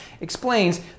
explains